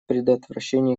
предотвращении